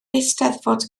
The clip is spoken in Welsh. eisteddfod